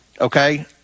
okay